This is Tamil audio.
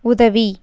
உதவி